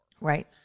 right